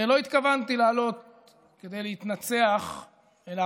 הרי לא התכוונתי לעלות כדי להתנצח אלא